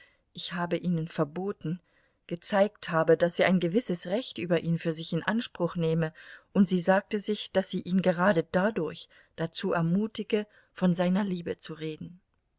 ich habe ihnen verboten gezeigt habe daß sie ein gewisses recht über ihn für sich in anspruch nehme und sie sagte sich daß sie ihn gerade dadurch dazu ermutige von seiner liebe zu reden